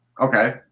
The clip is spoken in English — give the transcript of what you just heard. Okay